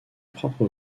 propre